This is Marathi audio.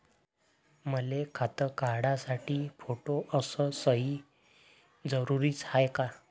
मले खातं काढासाठी फोटो अस सयी जरुरीची हाय का?